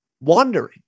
wandering